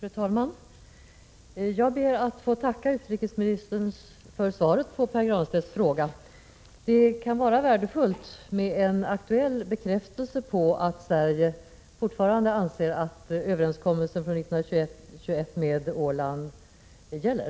Fru talman! Jag ber att få tacka utrikesministern för svaret på Pär Granstedts fråga. Det kan vara värdefullt med en aktuell bekräftelse på att Sverige anser att överenskommelsen om Åland från 1921 fortfarande gäller.